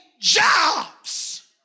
jobs